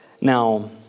Now